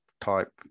type